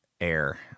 Air